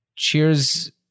Cheers